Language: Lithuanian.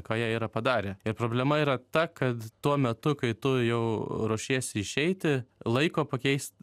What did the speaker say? ką jie yra padarę ir problema yra ta kad tuo metu kai tu jau ruošiesi išeiti laiko pakeist